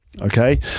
Okay